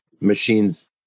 machines